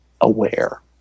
aware